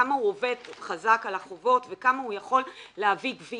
כמה הוא עובד חזק על החובות וכמה הוא יכול להביא גבייה,